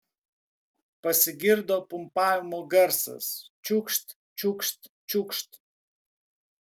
pasigirdo pumpavimo garsas čiūkšt čiūkšt čiūkšt